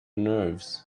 nerves